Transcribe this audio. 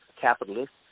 capitalists